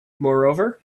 moreover